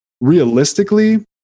Realistically